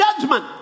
judgment